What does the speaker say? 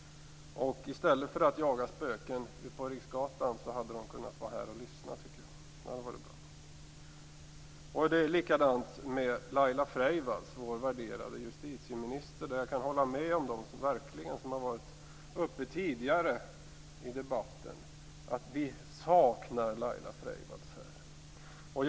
I stället för att jaga spöken på Riksgatan hade de kunnat vara här och lyssna på debatten. Det är likadant med Laila Freivalds, vår värderade justitieminister. Jag kan instämma med dem som har varit uppe tidigare i debatten om att vi saknar Laila Freivalds här.